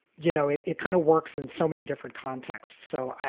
you know, it it kind of works in so many different contexts. so,